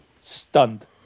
Stunned